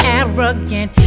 arrogant